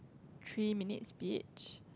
three minutes speech